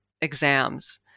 exams